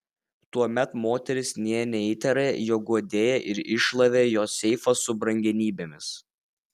tuomet moteris nė neįtarė jog guodėja ir iššlavė jos seifą su brangenybėmis